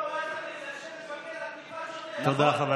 על תקיפת שוטר.